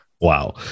Wow